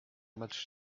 much